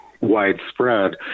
widespread